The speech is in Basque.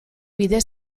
bide